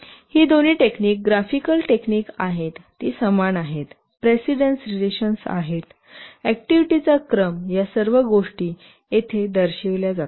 ही दोन्ही technique graphical technique आहेत ती समान आहेत प्रेसिडेन्स रिलेशन्स आहेत ऍक्टिव्हिटीचा क्रम या सर्व गोष्टी येथे दर्शविल्या जातात